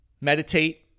meditate